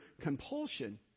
compulsion